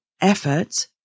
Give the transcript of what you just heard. effort